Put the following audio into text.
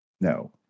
No